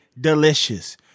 delicious